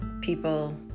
people